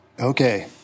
Okay